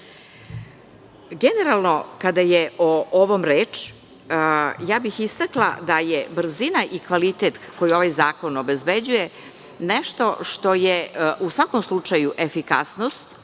života. Generalno kada je o ovom reč, ja bih istakla da je brzina i kvalitet koju ovaj zakon obezbeđuje nešto što je u svakom slučaju efikasnost